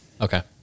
Okay